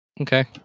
okay